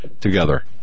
together